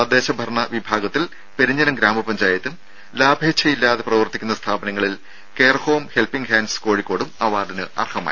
തദ്ദേശ ഭരണ വിഭാഗത്തിൽ പെരിഞ്ഞനം ഗ്രാമപഞ്ചായത്തും ലാഭേച്ഛയില്ലാതെ പ്രവർത്തിക്കുന്ന സ്ഥാപനങ്ങളിൽ കെയർ ഹോം ഹെൽപിങ് ഹാന്റ്സ് കോഴിക്കോടും അവാർഡിന് അർഹമായി